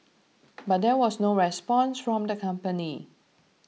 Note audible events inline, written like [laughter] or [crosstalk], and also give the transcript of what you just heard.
[noise] but there was no response from the company